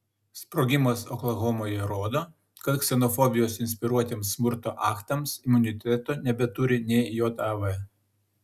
sprogimas oklahomoje rodo kad ksenofobijos inspiruotiems smurto aktams imuniteto nebeturi nė jav